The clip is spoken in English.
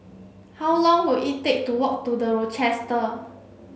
how long will it take to walk to The Rochester